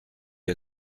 est